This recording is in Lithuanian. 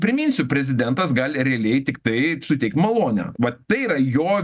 priminsiu prezidentas gali realiai tiktai suteikt malonę vat tai yra jo